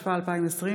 התשפ"א 2020,